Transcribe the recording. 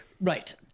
Right